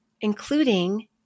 including